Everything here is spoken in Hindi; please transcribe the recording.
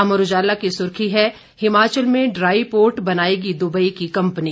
अमर उजाला की सुर्खी है हिमाचल में ड्राई पोर्ट बनाएगी दुबई की कंपनी